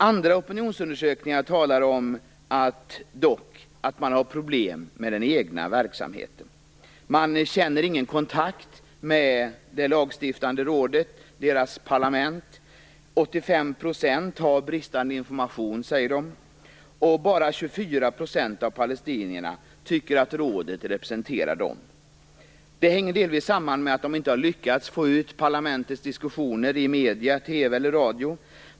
Andra opinionsundersökningar talar om att man dock har problem med den egna verksamheten. Människor känner ingen kontakt med det lagstiftande rådet, deras parlament. 85 % säger att de har bristande information. Bara 24 % av palestinierna tycker att rådet representerar dem. Det hänger delvis samman med att de inte har lyckats få ut parlamentets diskussioner i medierna - TV eller radio.